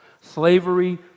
slavery